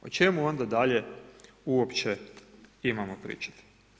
O čemu onda dalje uopće imamo pričati?